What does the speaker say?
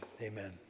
Amen